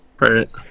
Right